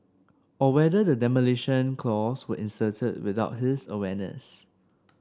or whether the demolition clause was inserted without his awareness